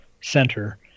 center